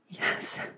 Yes